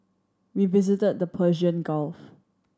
we visited the Persian Gulf